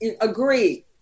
agree